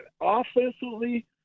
offensively